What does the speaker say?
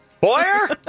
Boyer